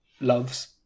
loves